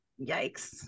yikes